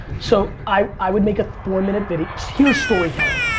so i would make a four minute video. here's storytelling.